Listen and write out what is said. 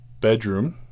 bedroom